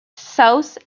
south